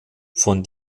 von